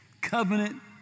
covenant